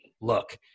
look